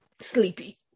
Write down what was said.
sleepy